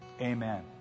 Amen